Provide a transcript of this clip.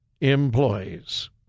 employees